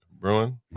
Bruin